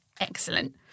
Excellent